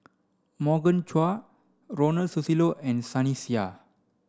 Morgan Chua Ronald Susilo and Sunny Sia